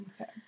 okay